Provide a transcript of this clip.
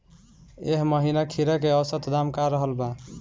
एह महीना खीरा के औसत दाम का रहल बा?